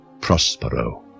Prospero